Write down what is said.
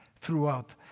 throughout